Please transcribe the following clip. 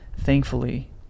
thankfully